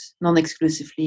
non-exclusively